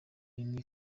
rimwe